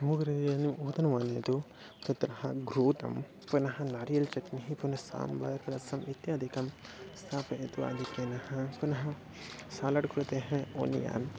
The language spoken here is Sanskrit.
मम गृहे अन् ओदनमानयतु तत्रः घृतं पुनः नारियल् चट्निः पुनस्साम्बार् रसम् इत्यादिकं स्थापयतु आधिक्येन हा पुनः सालड् कृते हा ओनियन्